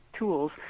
tools